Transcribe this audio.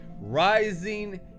rising